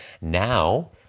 now